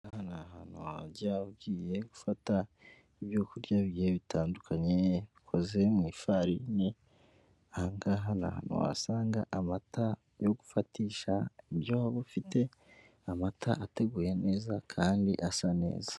Ahantu wajya ugiye gufata ibyo kurya bitandukanye bikoze mu ifarini, aha ngaha wahasanga amata yo gufatisha, ibyo waba ufite, amata ateguye neza kandi asa neza.